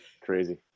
Crazy